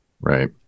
right